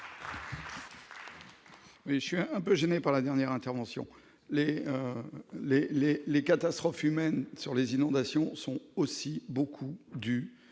je suis un peu gêné par la dernière intervention les, les, les, les catastrophes humaines sur les inondations sont aussi beaucoup dû